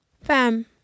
Fam